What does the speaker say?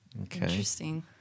Interesting